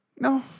No